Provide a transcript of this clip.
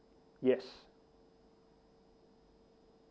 yes